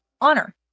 honor